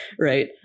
right